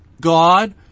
God